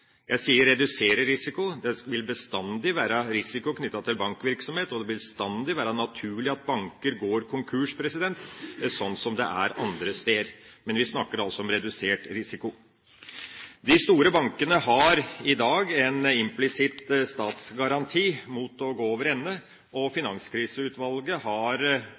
Jeg sier «redusere» risiko. Det vil bestandig være risiko knyttet til bankvirksomhet, og det vil bestandig være naturlig at banker går konkurs, sånn som det er andre steder. Men vi snakker altså om redusert risiko. De store bankene har i dag en implisitt statsgaranti mot å gå over ende, og Finanskriseutvalget har